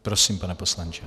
Prosím, pane poslanče.